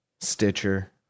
stitcher